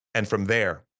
and from there,